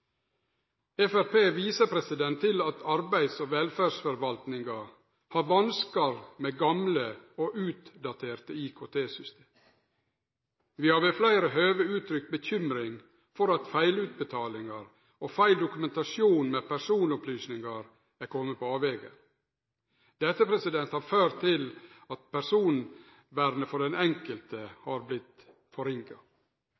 til at arbeids- og velferdsforvaltinga har vanskar med gamle og utdaterte lKT-system. Vi har ved fleire høve gjeve uttrykk for bekymring for at feilutbetalingar og feil dokumentasjon med personopplysningar er komne på avvegar. Dette har ført til at personvernet for den enkelte